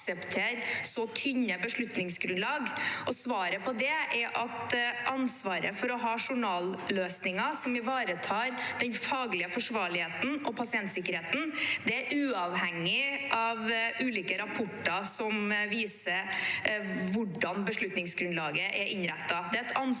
så tynne beslutningsgrunnlag. Svaret på det er at ansvaret for å ha journalløsninger som ivaretar den faglige forsvarligheten og pasientsikkerheten, er uavhengig av ulike rapporter som viser hvordan beslutningsgrunnlaget er innrettet.